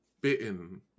bitten